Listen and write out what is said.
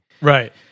right